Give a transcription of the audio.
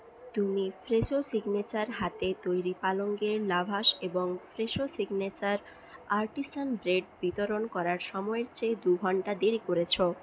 তুমি Fresho signature হাতে তৈরি পালঙের লাভাশ এবং ফ্রেশো সিগনেচার আর্টিসান ব্রেড বিতরন করার সময়ের চেয়ে দু ঘন্টা দেরী করেছ